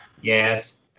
Yes